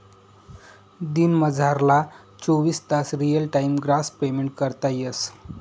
दिनमझारला चोवीस तास रियल टाइम ग्रास पेमेंट करता येस